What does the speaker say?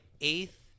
eighth